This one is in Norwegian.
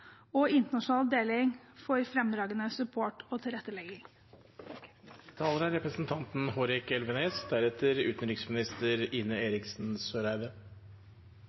og internasjonal avdeling for fremragende support og tilrettelegging.